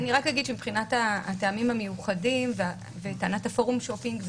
אני רק אגיד שמבחינת הטעמים המיוחדים וטענת הפורום שופינג,